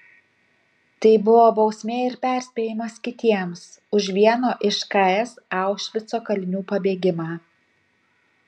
tai buvo bausmė ir perspėjimas kitiems už vieno iš ks aušvico kalinių pabėgimą